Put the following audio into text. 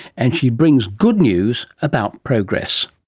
and she brings good news about progress.